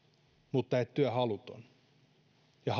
mutta et työhaluton ja